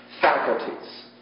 faculties